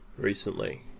Recently